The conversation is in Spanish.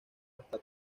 hasta